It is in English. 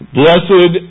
blessed